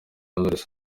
knowless